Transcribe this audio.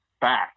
back